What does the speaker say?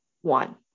one